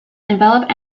envelop